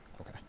Okay